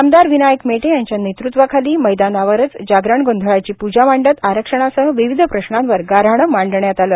आमदार विनायक मेटे यांच्या नेतृत्वाखाली मैदानावरंच जागरण गोंधळाची पूजा मांडत आरक्षणासह विविध प्रश्नांवर गाऱ्हाणं मांडण्यात आल